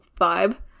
vibe